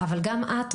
אבל גם את,